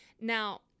Now